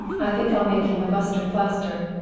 i think i'll make him a mustard plaster.